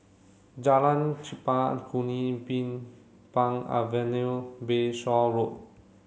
Jalan Chempaka Kuning Bin Pang Avenue Bayshore Road